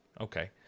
okay